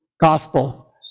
gospel